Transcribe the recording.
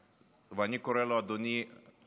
ואני קורא לו, אדוני, "הפיכה משטרית".